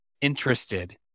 interested